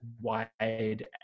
wide